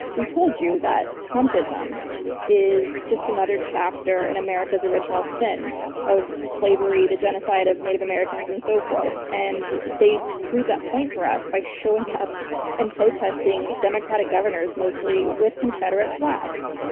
we told you that trumpism is just another chapter in america's original sin of slavery, the genocide of native americans, and so forth. and they proved that point for us by showing up and protesting democratic governors mostly, with confederate flags.